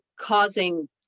causing